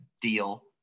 deal